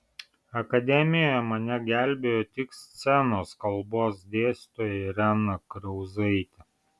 akademijoje mane gelbėjo tik scenos kalbos dėstytoja irena kriauzaitė